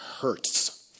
hurts